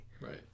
Right